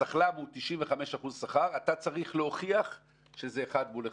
השכל"ם הוא 95% שכר ואתה צריך להוכיח שזה אחד מול אחד.